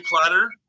platter